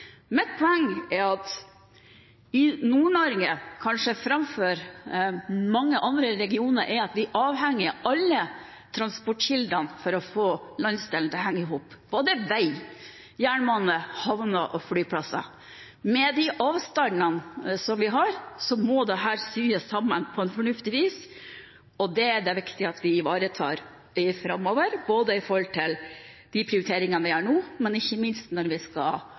Mitt poeng er at i Nord-Norge – kanskje framfor mange andre regioner – er vi avhengig av alle transportkildene for å få landsdelen til å henge i hop, både vei, jernbane, havner og flyplasser. Med de avstandene som vi har, må dette sys sammen på et fornuftig vis. Dette er det viktig at vi ivaretar framover, både ut fra de prioriteringene vi gjør nå, og ikke minst når vi skal